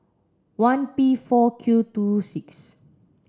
one P four Q two six